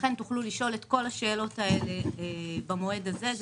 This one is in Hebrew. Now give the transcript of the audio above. לכן תוכלו לשאול את כל השאלות הללו במועד הזה.